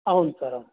అవును సార్ అవును